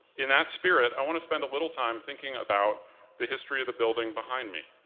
in that spirit, i wanna spend a little time thinking about the history of the building behind me.